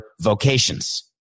vocations